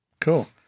cool